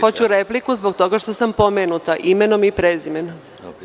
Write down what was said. Hoću repliku zbog toga što sam pomenuta imenom i prezimenom.